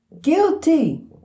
Guilty